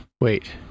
wait